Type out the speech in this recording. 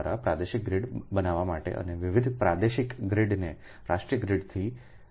પ્રાદેશિક ગ્રીડ બનાવવા માટે અને વિવિધ પ્રાદેશિક ગ્રીડને રાષ્ટ્રીય ગ્રીડથી આગળ કનેક્ટ કરવામાં આવ્યા છે